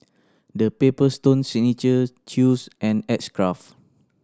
The Paper Stone Signature Chew's and X Craft